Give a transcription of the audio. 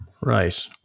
Right